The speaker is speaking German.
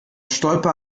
stolpe